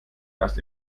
erst